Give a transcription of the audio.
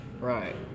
Right